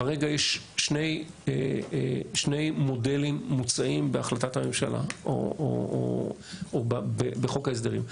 כרגע יש שני מודלים מוצעים בהחלטת הממשלה או בחוק ההסדרים.